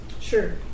Sure